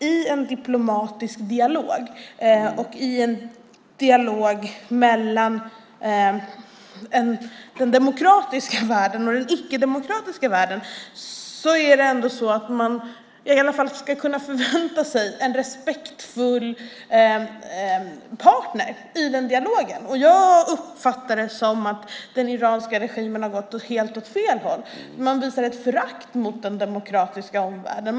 I en diplomatisk dialog och i en dialog mellan den demokratiska världen och den icke-demokratiska världen ska man kunna förvänta sig en respektfull partner. Jag uppfattar det som att den iranska regimen har gått helt åt fel håll. Man visar ett förakt mot den demokratiska omvärlden.